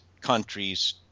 countries